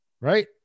right